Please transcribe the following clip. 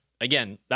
again